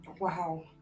Wow